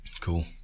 Cool